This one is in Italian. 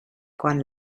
con